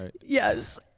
Yes